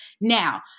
Now